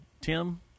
Tim